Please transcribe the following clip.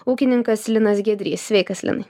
ūkininkas linas giedrys sveikas linai